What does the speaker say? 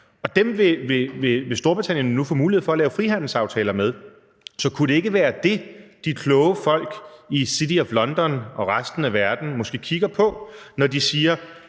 dem vil Storbritannien nu få mulighed for at lave frihandelsaftaler med. Så kunne det ikke være det, som de kloge folk i City of London og resten af verden måske kigger på, når de siger,